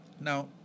Now